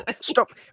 Stop